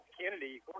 Kennedy